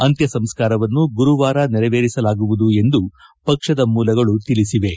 ಅಂತ್ನ ಸಂಸ್ನಾರವನ್ನು ಗುರುವಾರ ನೆರವೇರಿಸಲಾಗುವುದು ಎಂದು ಪಕ್ಷದ ಮೂಲಗಳು ತಿಳಿಸಿವೆ